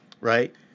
right